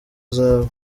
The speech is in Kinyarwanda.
zahabu